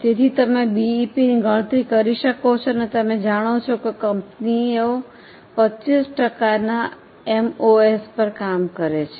તેથી તમે બીઈપીની ગણતરી કરી શકો છો અને તમે જાણો છો કે કંપનીઓ 25 ટકાના એમઓએસ પર કામ કરે છે